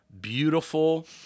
beautiful